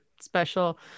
special